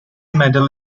medal